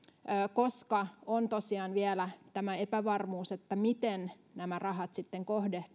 koska on tosiaan vielä tämä epävarmuus siitä miten nämä rahat sitten